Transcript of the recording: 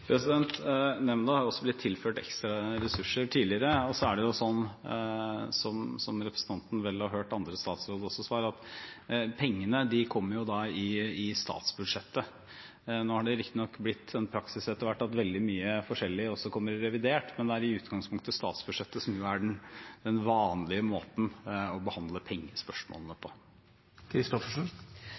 Nemnda har også blitt tilført ekstra ressurser tidligere. Så er det slik, som representanten vel har hørt andre statsråder også svare, at pengene kommer i statsbudsjettet. Nå er det riktignok blitt en praksis etter hvert at veldig mye forskjellig også kommer i revidert, men det er i utgangspunktet statsbudsjettet som er den vanlige måten å behandle pengespørsmålene på.